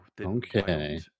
okay